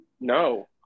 no